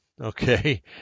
okay